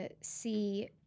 see